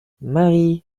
marie